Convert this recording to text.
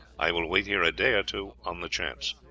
i will wait here a day or two on the chance.